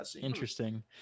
interesting